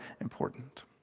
important